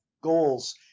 goals